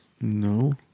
No